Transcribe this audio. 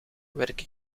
werk